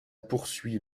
poursuit